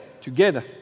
together